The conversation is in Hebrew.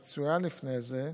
כפי שצוין לפני זה,